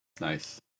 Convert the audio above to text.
Nice